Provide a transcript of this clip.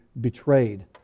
betrayed